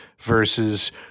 versus